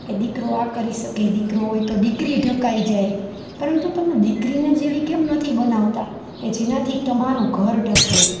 કે દીકરો આ કરી શકે દીકરો હોય તો દીકરી ઢંકાઈ જાય પરંતુ તમે દીકરીને જ એવી કેમ નથી બનાવતા કે જેનાથી તમારું ઘર ઢંકાઈ જાય